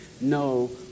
No